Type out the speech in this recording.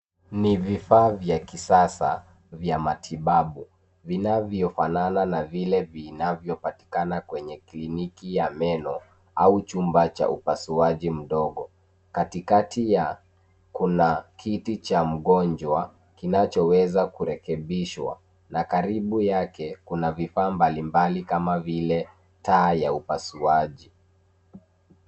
Ni vifaa vya kisasa vya matibabu vinavyofanana na vile vinavyopatikana kwenye kliniki ya meno au chumba cha upasuaji mdogo. Katika yao kuna kiti cha mgonjwa kinachoweza kurekebishwa na karibu yake kuna vifaa mbalimbali kama vile taa ya upasuaji.